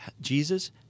Jesus